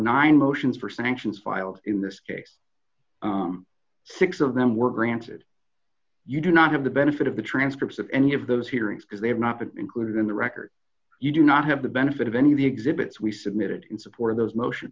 nine motions for sanctions filed in this case six of them were granted you do not have the benefit of the transcripts of any of those hearings because they have not been included in the record you do not have the benefit of any of the exhibits we submitted in support of those motion